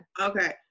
Okay